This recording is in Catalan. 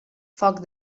foc